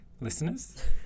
Listeners